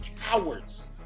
cowards